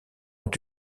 ont